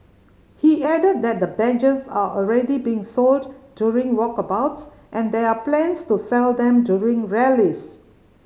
he added that the badges are already being sold during walkabouts and there are plans to sell them during rallies